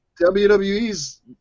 WWE's